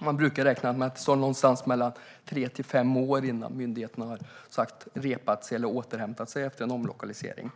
Man brukar räkna med att det tar mellan tre och fem år innan myndigheterna har återhämtat sig efter en omlokalisering.